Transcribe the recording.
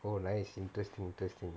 oh nice interesting interesting